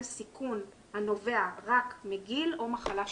סיכון הנובע רק מגיל או מחלה שגרתית.